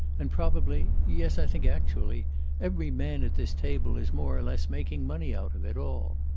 and probably yes, i think actually every man at this table is more or less making money out of it all.